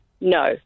No